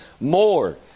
more